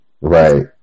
Right